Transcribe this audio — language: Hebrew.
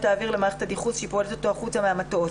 האוויר למערכת הדיחוס שפולטת אותו החוצה מהמטוס.